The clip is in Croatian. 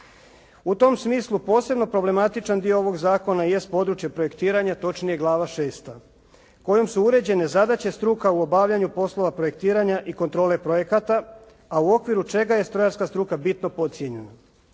U tom smislu problematičan dio ovog zakona jest područje projektiranja točnije Glava VI. Kojom su uređene zadaće struka u obavljanju poslova projektiranja i kontrole projekata, a u okviru čega je strojarska struka bitno podcijenjena.